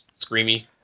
screamy